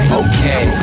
okay